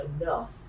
enough